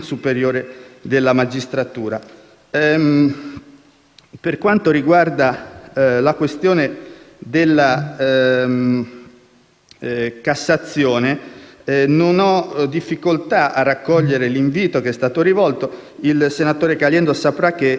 Per quanto riguarda la questione della Corte di cassazione, non ho difficoltà a raccogliere l'invito che è stato rivolto. Il senatore Caliendo saprà che è stato costituito un gruppo